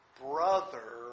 Brother